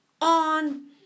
on